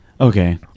Okay